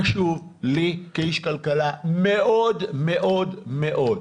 זה חשוב לי כאיש כלכלה מאוד מאוד מאוד.